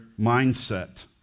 mindset